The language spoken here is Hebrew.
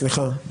סליחה.